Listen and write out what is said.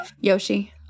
Yoshi